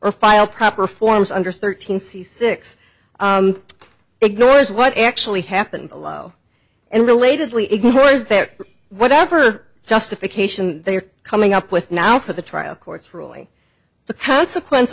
or file proper forms under thirteen c six ignores what actually happened below and relatedly ignores their whatever justification they are coming up with now for the trial court's ruling the consequence